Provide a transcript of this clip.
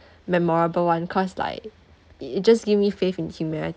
memorable [one] cause like it it just give me faith in humanity